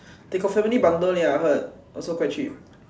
they got family bundle leh I heard also quite cheap